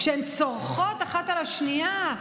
כשהן צורחות אחת על השנייה,